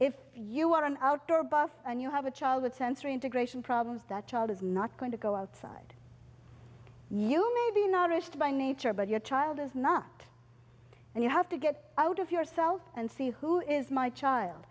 if you are an outdoor buff and you have a child with sensory integration problems that child is not going to go outside you may be noticed by nature but your child is not and you have to get out of yourself and see who is my child